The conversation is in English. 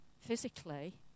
physically